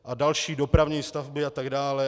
A další dopravní stavby atd.